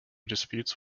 disputes